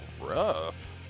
rough